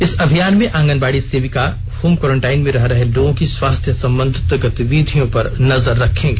इस अभियान में आंगनवाड़ी सेविका होम क्वॅरेंटाइन में रह रहे लोगों की स्वास्थ्य संबंधित गतिविधियों पर नजर रखेंगी